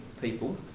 people